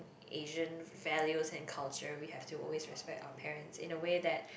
Asian values and culture we have to always respect our parents in a way that